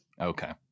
Okay